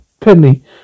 Penny